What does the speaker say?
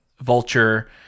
Vulture